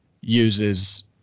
uses